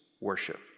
worship